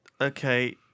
Okay